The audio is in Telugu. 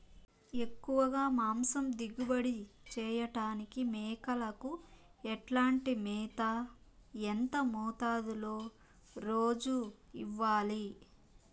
ఎక్కువగా మాంసం దిగుబడి చేయటానికి మేకలకు ఎట్లాంటి మేత, ఎంత మోతాదులో రోజు ఇవ్వాలి?